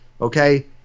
Okay